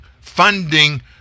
funding